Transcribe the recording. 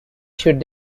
should